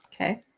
Okay